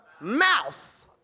mouth